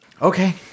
Okay